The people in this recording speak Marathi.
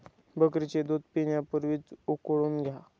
बकरीचे दूध पिण्यापूर्वी उकळून घ्या